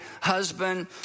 husband